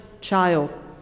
child